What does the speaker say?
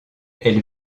elle